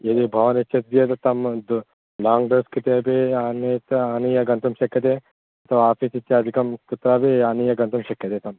यदि भवान् इच्छति चेत् तं दु लोङ्ग् डोस् कृते अपि आनीतम् आनीय गन्तुं शक्यते अथवा आफ़ीस् इत्यादिकं कुत्रापि आनीय गन्तुं शक्यते तम्